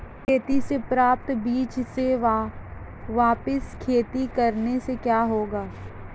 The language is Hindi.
खेती से प्राप्त बीज से वापिस खेती करने से क्या होगा?